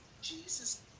Jesus